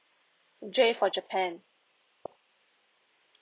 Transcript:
J for japan